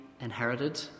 inherited